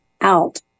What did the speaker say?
out